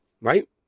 right